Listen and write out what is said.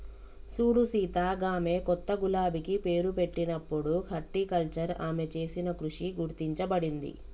సూడు సీత గామె కొత్త గులాబికి పేరు పెట్టినప్పుడు హార్టికల్చర్ ఆమె చేసిన కృషి గుర్తించబడింది